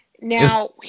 Now